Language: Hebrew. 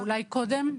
אולי להוריד בכלל